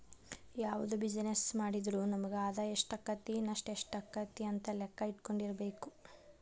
ಯಾವ್ದ ಬಿಜಿನೆಸ್ಸ್ ಮಾಡಿದ್ರು ನಮಗ ಆದಾಯಾ ಎಷ್ಟಾಕ್ಕತಿ ನಷ್ಟ ಯೆಷ್ಟಾಕ್ಕತಿ ಅಂತ್ ಲೆಕ್ಕಾ ಇಟ್ಕೊಂಡಿರ್ಬೆಕು